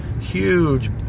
Huge